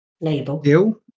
label